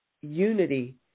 unity